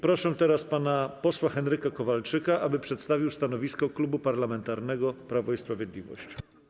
Proszę teraz pana Henryka Kowalczyka, aby przedstawił stanowisko Klubu Parlamentarnego Prawo i Sprawiedliwość.